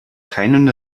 keinen